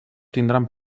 tindran